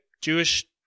Jewish